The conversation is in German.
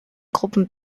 gruppen